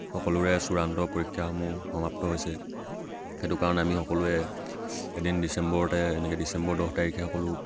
সকলোৰে চূড়ান্ত পৰীক্ষাসমূহ সমাপ্ত হৈছে সেইটো কাৰণে আমি সকলোৱে এদিন ডিচেম্বৰতে এনেকৈ ডিচেম্বৰ দহ তাৰিখে সকলো